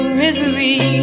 misery